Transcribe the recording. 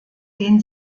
den